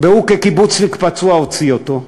והוא כקיבוצניק פצוע הוציא אותו.